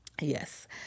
Yes